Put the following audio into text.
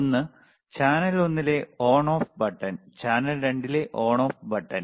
ഒന്ന് ചാനൽ ഒന്നിലെ on off button channel 2 ലെ ഓൺ ഓഫ് ബട്ടൺ